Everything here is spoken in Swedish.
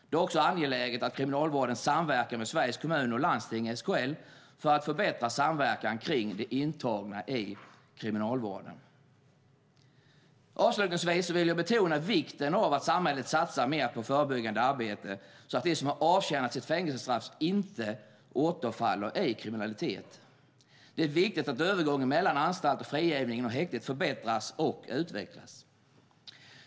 Det är också angeläget att Kriminalvården samverkar med Sveriges Kommuner och Landsting, SKL, för att förbättra samverkan kring de intagna i kriminalvården. Avslutningsvis vill jag betona vikten av att samhället satsar mer på förebyggande arbete så att de som har avtjänat sitt fängelsestraff inte återfaller i kriminalitet. Det är viktigt att övergången mellan anstalten, frigivningen och häktet förbättras och utvecklas.